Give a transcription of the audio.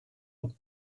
them